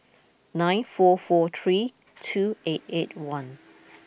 nine four four three two eight eight one